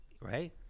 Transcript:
right